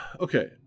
Okay